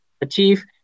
achieve